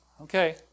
Okay